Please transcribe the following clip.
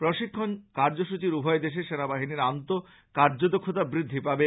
প্রশিক্ষন কার্য্যসূচীপর উভয় দেশের সেনাবাহিনীর আন্তঃ কার্যদক্ষতা বৃদ্ধি পাবে